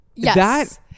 Yes